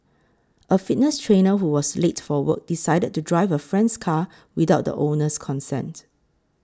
a fitness trainer who was late for work decided to drive a friend's car without the owner's consent